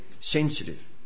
sensitive